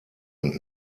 und